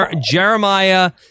Jeremiah